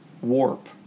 warp